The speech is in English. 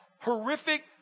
horrific